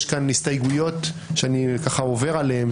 יש כאן הסתייגויות שאני עובר עליהן,